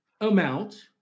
amount